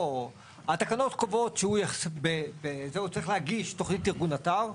התקנות קובעות שהוא צריך להגיש תוכנית ארגון אתר,